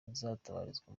azatabarizwa